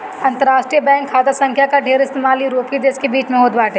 अंतरराष्ट्रीय बैंक खाता संख्या कअ ढेर इस्तेमाल यूरोपीय देस के बीच में होत बाटे